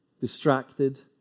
distracted